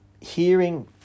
hearing